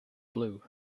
blue